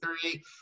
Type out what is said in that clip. three